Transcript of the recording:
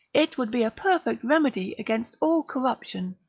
it would be a perfect remedy against all corruption,